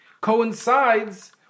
coincides